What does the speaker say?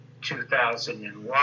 2001